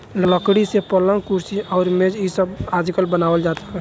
लकड़ी से पलंग, कुर्सी अउरी मेज़ इ सब आजकल बनावल जाता